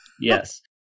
Yes